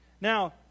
Now